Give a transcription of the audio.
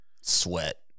sweat